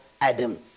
Adam